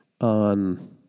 on